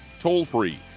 toll-free